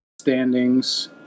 standings